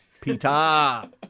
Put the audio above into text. Pita